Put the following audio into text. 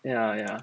ya ya